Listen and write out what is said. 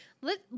let